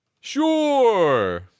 Sure